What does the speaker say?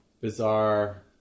bizarre